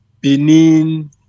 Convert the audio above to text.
Benin